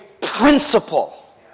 principle